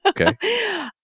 Okay